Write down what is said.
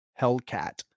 Hellcat